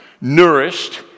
nourished